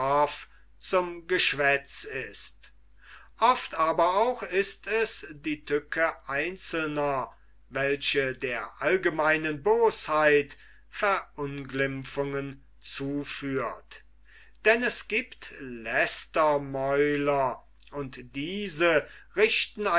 zum geschwätz ist oft aber auch ist es die tücke einzelner welche der allgemeinen bosheit verunglimpfungen zuführt denn es giebt lästermäuler und diese richten